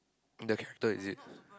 the cuter is it